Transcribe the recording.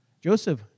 Joseph